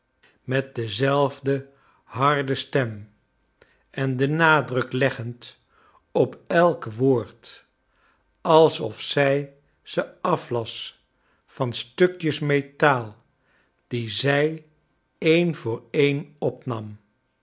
met dezelfde harde stem en den nadruk leggend op elk woord alsof zij ze aflas van stukjes metaal die zij een voor een opnam